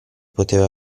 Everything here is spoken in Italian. poteva